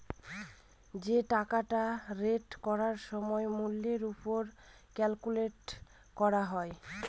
যে টাকাটা রেট করার সময় মূল্যের ওপর ক্যালকুলেট করা হয়